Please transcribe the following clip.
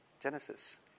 Genesis